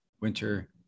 winter